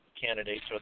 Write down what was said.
candidates